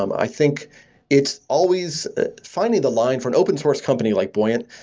um i think it's always finding the line for an open source company like buoyant,